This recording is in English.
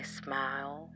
smile